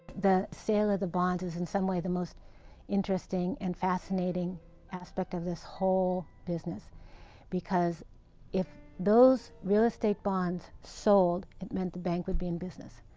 the sale of ah the bonds is in some way the most interesting and fascinating aspect of this whole business because if those real estate bonds sold, it meant the bank would be in business.